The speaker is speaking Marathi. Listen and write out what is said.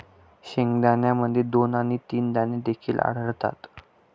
शेंगदाण्यामध्ये दोन आणि तीन दाणे देखील आढळतात